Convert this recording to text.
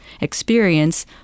experience